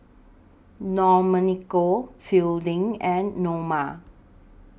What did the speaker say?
Domenico Fielding and Noma